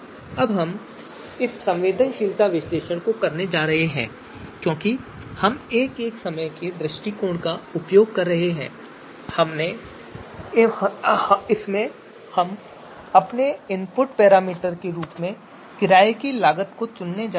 अब हम अपना संवेदनशीलता विश्लेषण करने जा रहे हैं और क्योंकि हम एक एक समय के दृष्टिकोण का उपयोग कर रहे हैं इसमें हम अपने इनपुट पैरामीटर के रूप में किराये की लागत मानदंड चुनने जा रहे हैं